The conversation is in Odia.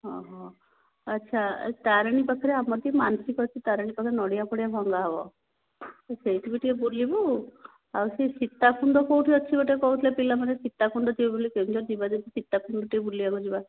ଆଚ୍ଛା ତାରିଣୀ ପାଖରେ ଆମର ଟିକିଏ ମାନସିକ ଅଛି ତାରିଣୀ ପାଖରେ ନଡ଼ିଆ ଫଡ଼ିଆ ଭଙ୍ଗା ହେବ ସେଇଠି ବି ଟିକିଏ ବୁଲିବୁ ଆଉ ସେ ସୀତାକୁଣ୍ଡ କେଉଁଠି ଅଛି ଗୋଟେ କହୁଥିଲେ ପିଲାମାନେ ସିତାକୁଣ୍ଡ ଯିବେ ବୋଲି କେଉଁଝର ଯିବା ଯଦି ସୀତାକୁଣ୍ଡ ଟିକିଏ ବୁଲିବାକୁ ଯିବା